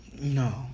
No